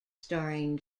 starring